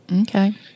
Okay